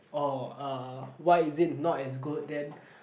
orh uh why is it not as good then